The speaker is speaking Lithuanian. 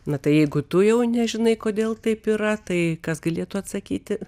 na tai jeigu tu jau nežinai kodėl taip yra tai kas galėtų atsakyti